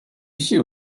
sił